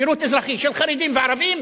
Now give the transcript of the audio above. שירות אזרחי של חרדים וערבים,